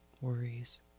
worries